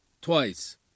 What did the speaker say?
Twice